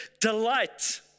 delight